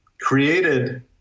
created